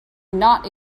not